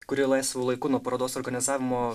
kuri laisvu laiku nuo parodos organizavimo